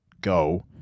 go